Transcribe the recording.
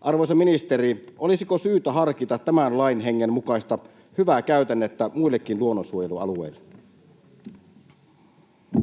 Arvoisa ministeri, olisiko syytä harkita tämän lain hengen mukaista hyvää käytännettä muillekin luonnonsuojelualueille?